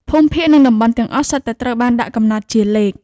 ភូមិភាគនិងតំបន់ទាំងអស់សុទ្ធតែត្រូវបានដាក់កំណត់សម្គាល់ជាលេខ។